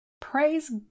Praise